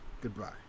goodbye